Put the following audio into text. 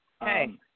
Hey